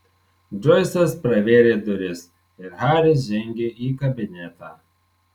džoisas pravėrė duris ir haris žengė į kabinetą